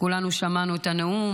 כולנו שמענו את הנאום.